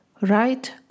right